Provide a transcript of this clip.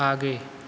आगे